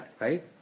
right